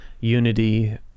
unity